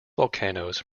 volcanoes